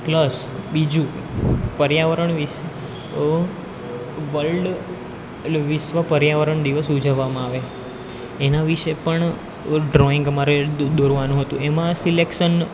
plus બીજું પર્યાવરણ વિશે વલ્ડ એટલે વિશ્વ પર્યાવરણ દિવસ ઉજવવામાં આવે એના વિષે પણ ડ્રોઈંગ અમારે દો દો દોરવાનું હતું એમાં સિલેક્શન